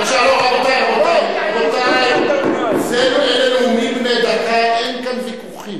רבותי, אלה נאומים בני דקה, אין כאן ויכוחים.